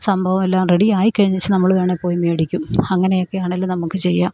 സംഭവം എല്ലാം റെഡി ആയിക്കഴിഞ്ഞിട്ട് നമ്മൾ വേണമെങ്കിൽ പോയി മേടിക്കും അങ്ങനെയൊക്കെ ആണെങ്കിൽ നമുക്ക് ചെയ്യാം